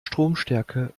stromstärke